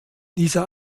dieser